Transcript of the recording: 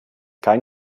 kein